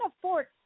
afford